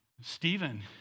Stephen